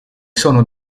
sono